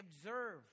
observe